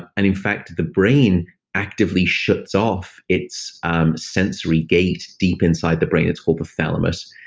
and in fact, the brain actively shuts off its um sensory gate deep inside the brain. it's called the thalamus.